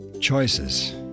Choices